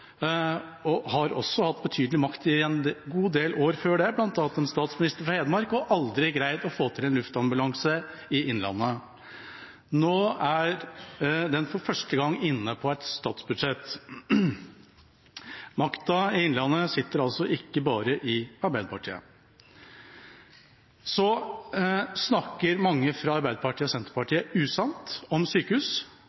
De har også hatt betydelig makt i en god del år før det, bl.a. en statsminister fra Hedmark, men de har aldri greid å få til en luftambulanse i Innlandet. Nå er den for første gang inne i et statsbudsjett. Makten i Innlandet sitter altså ikke bare i Arbeiderpartiet. Mange fra Arbeiderpartiet og